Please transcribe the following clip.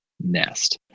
nest